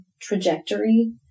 trajectory